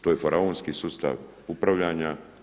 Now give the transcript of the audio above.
To je faraonski sustav upravljanja.